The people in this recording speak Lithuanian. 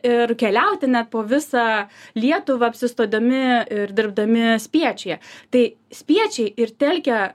ir keliauti net po visą lietuvą apsistodami ir dirbdami spiečiuje tai spiečiai ir telkia